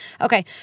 Okay